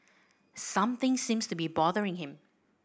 something seems to be bothering him